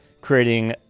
creating